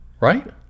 right